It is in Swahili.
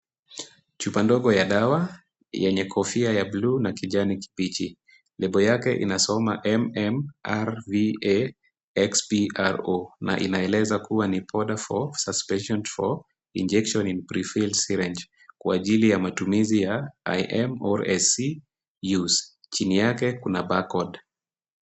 Chupa ndogo ya dawa yenye kofia ya bluu na kijani kibichi. Lebo yake inasoma mmrvaxpro na inaonyesha kubwa ni powder for suspension for injection in prefilled syringe kwa ajili ya matumizi ya im or ac use . Chini yake kuna barcode .